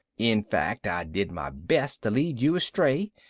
in fact, i did my best to lead you astray,